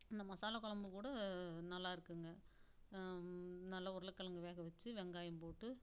இந்த மசாலா குழம்பு கூட நல்லாயிருக்குங்க நல்லா உருளைக்கிழங்கு வேக வச்சு வெங்காயம் போட்டு